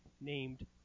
named